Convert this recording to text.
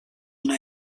una